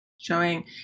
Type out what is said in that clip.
showing